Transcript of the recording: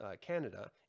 Canada